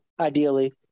ideally